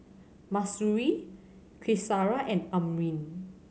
Mahsuri Qaisara and Amrin